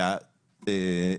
בנובמבר.